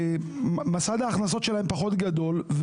מסד ההכנסות שלהם פחות גדול,